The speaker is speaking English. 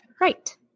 Right